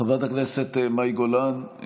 חברת הכנסת מאי גולן,